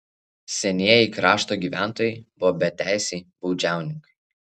senieji krašto gyventojai buvo beteisiai baudžiauninkai